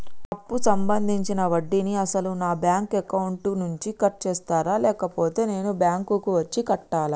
అప్పు సంబంధించిన వడ్డీని అసలు నా బ్యాంక్ అకౌంట్ నుంచి కట్ చేస్తారా లేకపోతే నేను బ్యాంకు వచ్చి కట్టాలా?